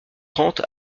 trente